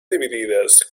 divididas